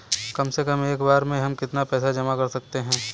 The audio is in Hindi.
कम से कम एक बार में हम कितना पैसा जमा कर सकते हैं?